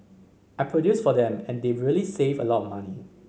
I produce for them and they really save a lot of money